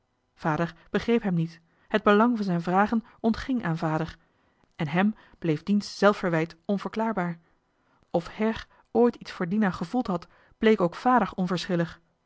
vader begreep hem niet het belang van zijn vragen ontging aan vader en hem bleef diens zelfverwijt onverklaarbaar of her ooit iets voor dina gevoeld had bleek ook